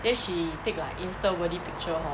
then she take like insta worthy picture hor